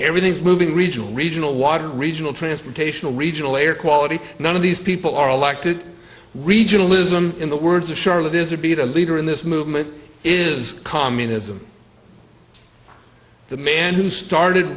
everything's moving regional regional water regional transportation regional air quality none of these people are elected regionalism in the words of charlotte is it be the leader in this movement is communism the man who started